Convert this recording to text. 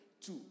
two